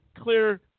clear